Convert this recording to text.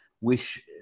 wish